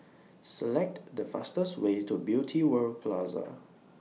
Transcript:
Select The fastest Way to Beauty World Plaza